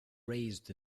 raised